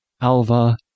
Alva